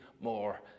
more